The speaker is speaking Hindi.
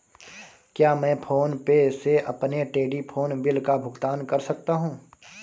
क्या मैं फोन पे से अपने टेलीफोन बिल का भुगतान कर सकता हूँ?